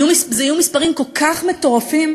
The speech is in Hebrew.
אלה יהיו מספרים כל כך מטורפים,